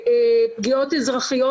פגיעות אזרחיות,